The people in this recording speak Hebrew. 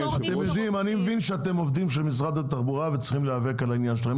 אני מבין שאתם עובדים של משרד התחבורה וצריכים להיאבק על העניין שלהם.